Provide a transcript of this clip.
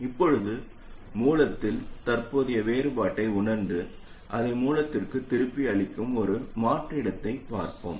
இப்போது மூலத்தில் தற்போதைய வேறுபாட்டை உணர்ந்து அதை மூலத்திற்குத் திருப்பி அளிக்கும் ஒரு மாற்றீட்டைப் படிப்போம்